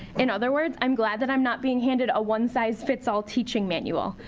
in other words, i'm glad that i'm not being handed a one-size-fits-all teaching manual.